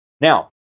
Now